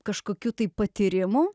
kažkokių tai patyrimų